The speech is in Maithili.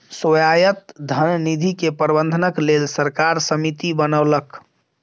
स्वायत्त धन निधि के प्रबंधनक लेल सरकार समिति बनौलक